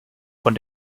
von